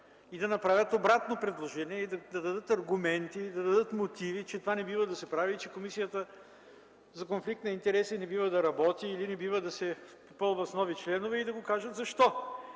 и да направят обратно предложение, да дадат аргументи, да дадат мотиви, че това не бива да се прави, че Комисията за конфликт на интереси не бива да работи или не бива да се попълва с нови членове и да каже защо.